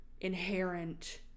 inherent